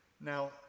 Now